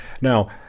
Now